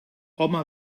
home